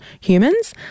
humans